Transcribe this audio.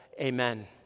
Amen